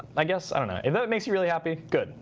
i guess, i don't know, if that makes you really happy, good.